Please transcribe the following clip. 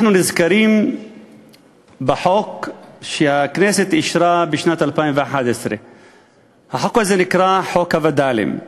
אנחנו נזכרים בחוק שהכנסת אישרה בשנת 2011. החוק הזה נקרא חוק הווד"לים,